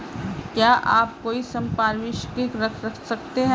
क्या आप कोई संपार्श्विक रख सकते हैं?